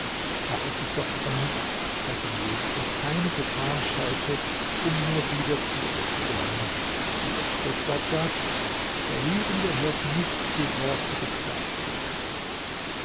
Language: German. da er sich doch von nichts abschrecken ließ und keine gefahr scheute um nur wieder zu ihr zu gelangen wie das sprichwort sagt der liebende hört nicht die worte des gleichgültigen